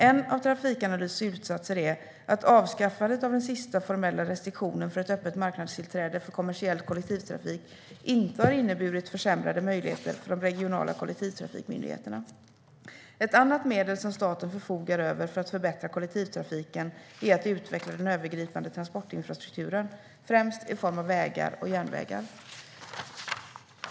En av Trafikanalys slutsatser är att avskaffandet av den sista formella restriktionen för ett öppet marknadstillträde för kommersiell kollektivtrafik inte har inneburit försämrade möjligheter för de regionala kollektivtrafikmyndigheterna. Ett annat medel som staten förfogar över för att förbättra kollektivtrafiken är att utveckla den övergripande transportinfrastrukturen, främst i form av vägar och järnvägar.